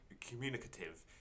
communicative